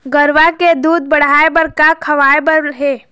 गरवा के दूध बढ़ाये बर का खवाए बर हे?